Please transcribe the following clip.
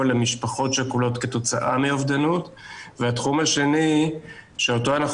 למשפחות שכולות כתוצאה מאובדנות והתחום השני שאותו אנחנו